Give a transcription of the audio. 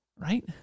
right